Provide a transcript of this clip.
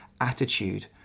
attitude